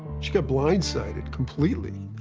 she got blindsided completely.